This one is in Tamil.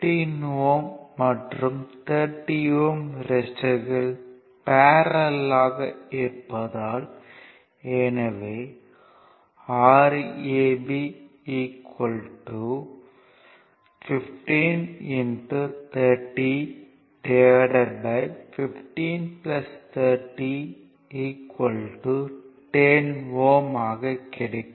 15 Ω மற்றும் 30 Ω ரெசிஸ்டர்கள் பேரல்லல் ஆக இருப்பதால் எனவே Rab 15 3015 30 10 Ω என்று கிடைக்கும்